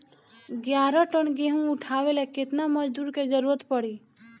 ग्यारह टन गेहूं उठावेला केतना मजदूर के जरुरत पूरी?